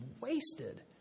wasted